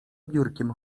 biurkiem